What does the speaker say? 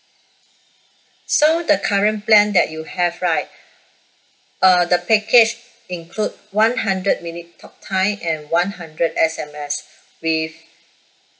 so the current plan that you have right err the package include one hundred minute talk time and one hundred S_M_S with